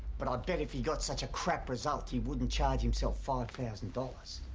but i bet if he got such a crap result, he wouldn't charge himself five thousand dollars.